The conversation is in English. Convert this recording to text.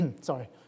Sorry